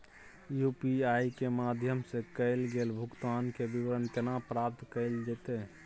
UPI के माध्यम सं कैल गेल भुगतान, के विवरण केना प्राप्त कैल जेतै?